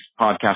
podcast